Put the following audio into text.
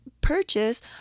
purchase